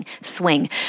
swing